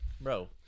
Bro